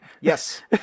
Yes